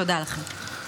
תודה לכם.